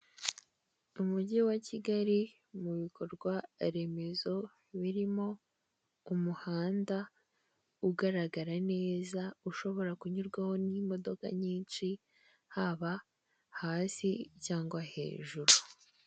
Umugi wa Kigali mu bikorwaremezo birimo umuhanda ugaragara neza ushobora kunyurwaho n'imidoka nyinshi haba hasi cyangwa hejuru.